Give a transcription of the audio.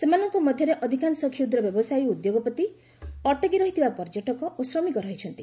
ସେମାନଙ୍କ ମଧ୍ୟରେ ଅଧିକାଂଶ କ୍ଷୁଦ୍ର ବ୍ୟବସାୟୀ ଓ ଉଦ୍ୟୋଗପତି ଅଟକି ରହିଥିବା ପର୍ଯ୍ୟଟକ ଓ ଶ୍ରମିକ ରହିଛନ୍ତି